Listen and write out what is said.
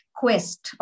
quest